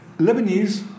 Lebanese